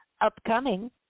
upcoming